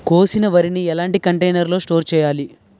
కోసిన వరిని ఎలాంటి కంటైనర్ లో స్టోర్ చెయ్యాలి?